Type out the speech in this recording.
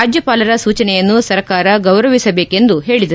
ರಾಜ್ಯಪಾಲರ ಸೂಚನೆಯನ್ನು ಸರ್ಕಾರ ಗೌರವಿಸಬೇಕೆಂದು ಹೇಳಿದರು